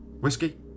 Whiskey